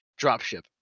dropship